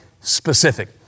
specific